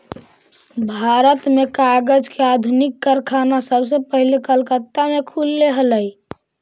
भारत में कागज के आधुनिक कारखाना सबसे पहले कलकत्ता में खुलले हलइ